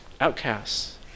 outcasts